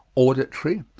auditory,